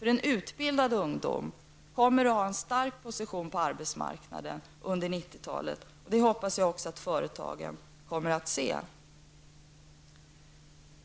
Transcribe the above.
Utbildade ungdomar kommer att ha en stark position på arbetsmarknaden under 90-talet, och det hoppas jag också att företagen kommer att se.